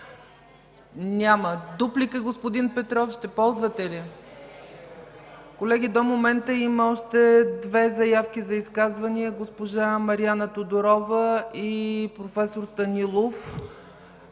Няма. Дуплика, господин Петров, ще ползвате ли? Колеги, до момента има още две заявки за изказвания – госпожа Мариана Тодорова и проф. Станилов.